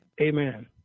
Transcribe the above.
Amen